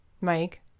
Mike